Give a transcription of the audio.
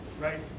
right